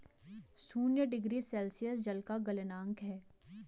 शून्य degree Celsius जल का गलनांक है